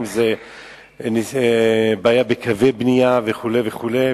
אם זה בעיה בקווי בנייה וכו' וכו',